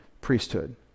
priesthood